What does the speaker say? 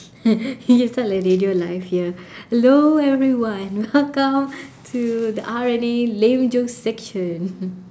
you just talk like radio live here hello everyone welcome to the R and A lame jokes section